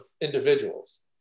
individuals